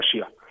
Russia